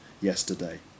yesterday